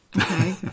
Okay